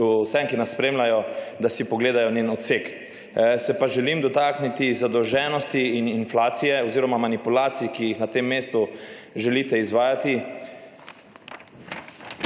vsem, ki nas spremljajo, da si pogledajo njen odsek. Se pa želim dotakniti zadolženosti in inflacije oziroma manipulacij, ki jih na tem mestu želite izvajati.